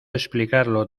explicarlo